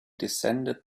descended